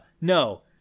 no